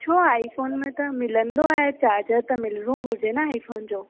छो iPhone में त मिलंदो आहे चार्जर त मिलिणो घुरिजे न आई फ़ोन जो